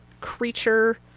creature